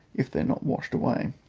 if they are not washed away.